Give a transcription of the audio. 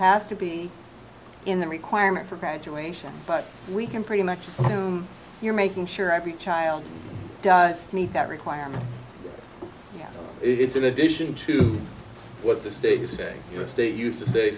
has to be in the requirement for graduation but we can pretty much assume you're making sure every child does meet that requirement it's in addition to what the state you say your state used t